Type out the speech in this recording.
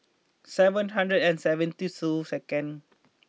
seven hundred and seventy two second